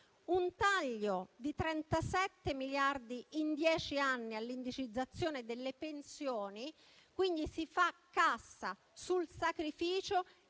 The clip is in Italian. un taglio di 37 miliardi in dieci anni all'indicizzazione delle pensioni. Quindi si fa cassa sul sacrificio